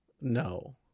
no